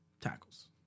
tackles